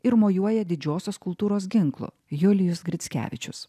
ir mojuoja didžiosios kultūros ginklu julijus grickevičius